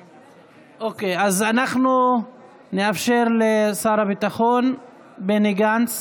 אוקיי, אנחנו נאפשר לשר הביטחון בני גנץ